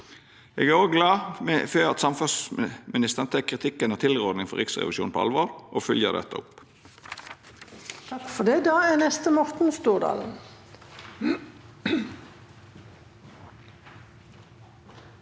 Eg er glad for at samferdselsministeren tek kritikken og tilrådinga frå Riksrevisjonen på alvor og fylgjer dette opp.